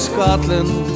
Scotland